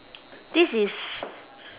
this is